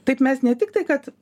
taip mes ne tik tai kad